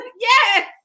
Yes